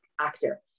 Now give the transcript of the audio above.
actor